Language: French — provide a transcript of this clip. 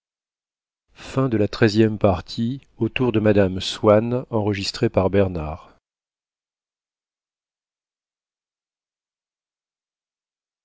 côté de mme swann